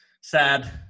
sad